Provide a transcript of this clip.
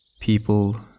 People